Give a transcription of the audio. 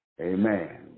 Amen